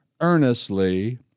earnestly